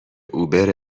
اوبر